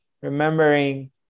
remembering